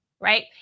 Right